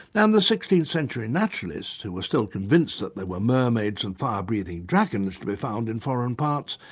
and the sixteenth century naturalists who were still convinced that there were mermaids and fire-breathing dragons to be found in foreign parts,